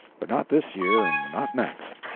but not this year, and not next.